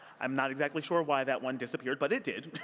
i'm not exactly sure why that one disappeared, but it did.